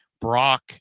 Brock